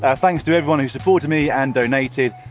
ah thanks to everyone who supported me and donated.